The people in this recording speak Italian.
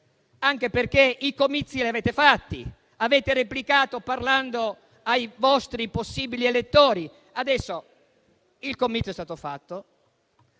anche perché i comizi li avete fatti, avete replicato parlando ai vostri possibili elettori. Adesso il comizio è stato fatto,